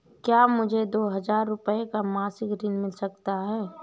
क्या मुझे दो हजार रूपए का मासिक ऋण मिल सकता है?